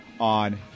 on